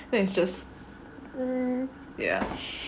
then it's just mm ya